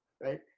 right